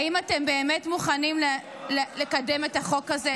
האם אתם באמת מוכנים לקדם את החוק הזה,